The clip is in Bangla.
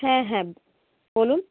হ্যাঁ হ্যাঁ বলুন